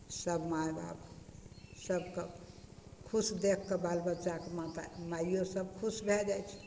सब माय बाप सबके खुश देखके बाल बच्चाके माता माइयो सब खुश भए जाइ छै